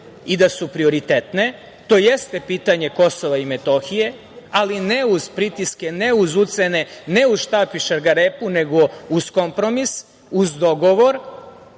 i da su prioritetne, a to je pitanje Kosova i Metohije, ali ne uz pritiske, ne uz ucene, ne uz štap i šargarepu, nego uz kompromis, uz dogovor